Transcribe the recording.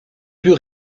plus